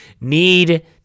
need